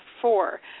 four